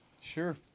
Sure